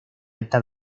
alta